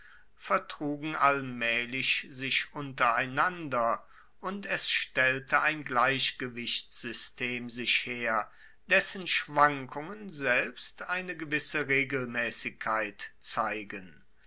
vertrugen allmaehlich sich untereinander und es stellte ein gleichgewichtssystem sich her dessen schwankungen selbst eine gewisse regelmaessigkeit zeigen